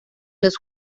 los